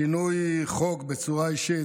שינוי חוק בצורה אישית,